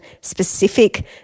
specific